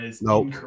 Nope